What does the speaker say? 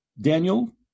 Daniel